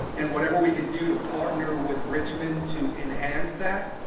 and whatever we can do to partner with richmond to enhance that,